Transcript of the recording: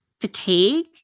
fatigue